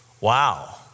Wow